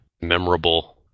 memorable